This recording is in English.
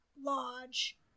Lodge